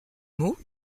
mot